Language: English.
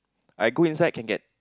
I go inside can get